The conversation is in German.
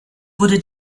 wurde